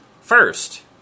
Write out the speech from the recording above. First